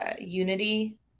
unity